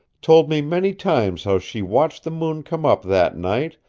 told me many times how she watched the moon come up that night,